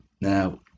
Now